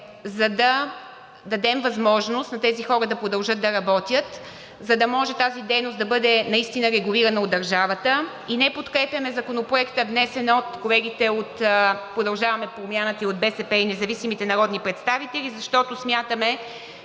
за да дадем възможност на тези хора да продължат да работят, за да може тази дейност да бъде наистина регулирана от държавата. И не подкрепяме Законопроекта, внесен от колегите от „Продължаваме Промяната“ и от БСП, и независимите народни представители, защото смятаме,